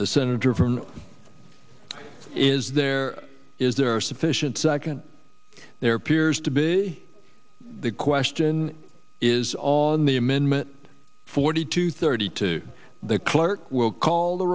the senator from is there is there sufficient second there appears to be the question is on the amendment forty two thirty two the clerk will call the